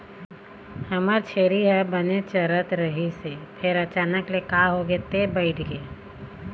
हमर छेरी ह बने चरत रहिस हे फेर अचानक ले का होगे ते बइठ गे